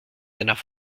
dernière